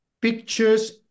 pictures